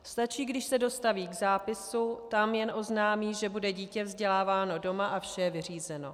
Stačí, když se dostaví k zápisu, tam jen oznámí, že bude dítě vzděláváno doma, a vše je vyřízeno.